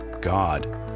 God